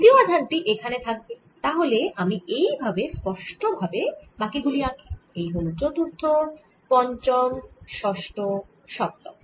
তৃতীয় আধান টি এখানে থাকবে তাহলে এই ভাবে আমি স্পষ্ট ভাবে বাকি গুলি আঁকি এই হল চতুর্থ পঞ্চম ষষ্ট সপ্তম